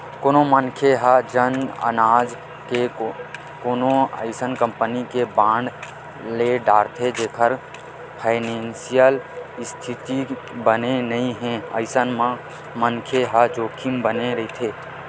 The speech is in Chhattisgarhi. कोनो मनखे ह जाने अनजाने म कोनो अइसन कंपनी के बांड ले डरथे जेखर फानेसियल इस्थिति बने नइ हे अइसन म मनखे ल जोखिम बने रहिथे